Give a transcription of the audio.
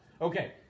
Okay